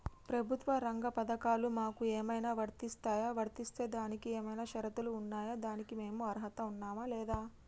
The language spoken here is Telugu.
ప్రభుత్వ రంగ పథకాలు మాకు ఏమైనా వర్తిస్తాయా? వర్తిస్తే దానికి ఏమైనా షరతులు ఉన్నాయా? దానికి మేము అర్హత ఉన్నామా లేదా?